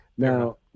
Now